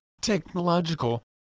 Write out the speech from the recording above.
technological